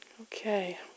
Okay